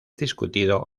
discutido